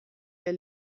der